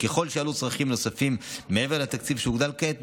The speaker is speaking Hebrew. וככל שיעלו צרכים נוספים מעבר לתקציב שהוגדל כעת,